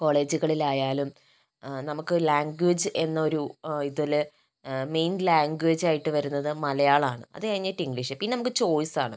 കോളേജുകളിലായാലും നമുക്ക് ലാംഗ്വേജ് എന്നൊരു ഇതിൽ മെയിൻ ലാംഗ്വേജ് ആയിട്ട് വരുന്നത് മലയാളമാണ് അതുകഴിഞ്ഞിട്ട് ഇംഗ്ലീഷ് പിന്നെ നമുക്ക് ചോയ്സാണ്